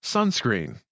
Sunscreen